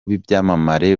b’ibyamamare